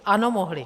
Ano, mohli.